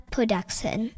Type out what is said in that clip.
Production